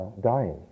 dying